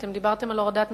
אתם דיברתם על הורדת מסים,